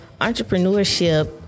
entrepreneurship